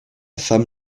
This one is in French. femme